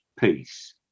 peace